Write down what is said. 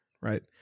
Right